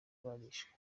barishwe